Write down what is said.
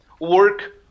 work